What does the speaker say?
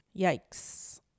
Yikes